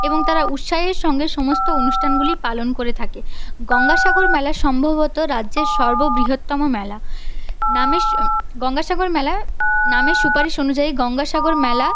এবং তারা উৎসাহের সঙ্গে সমস্ত অনুষ্ঠানগুলি পালন করে থাকে গঙ্গাসাগর মেলা সম্ভবত রাজ্যের সর্ব বৃহত্তম মেলা গঙ্গাসাগর মেলা নামের সুপারিশ অনুযায়ী গঙ্গাসাগর মেলা